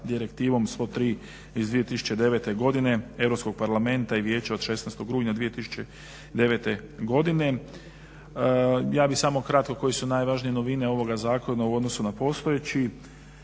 Direktivom 103 iz 2009. godine Europskog parlamenta i Vijeća od 16. rujna 2009. godine. Ja bih samo kratko koje su najvažnije novine ovoga zakona u odnosu na postojeći,